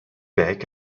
back